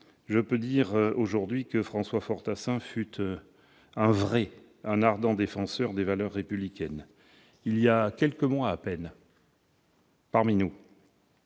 je peux dire que François Fortassin fut un vrai, un ardent défenseur des valeurs républicaines. Il y a quelques mois à peine, j'étais